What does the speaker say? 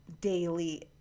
daily